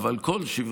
אבל בסדר.